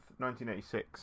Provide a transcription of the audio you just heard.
1986